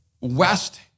West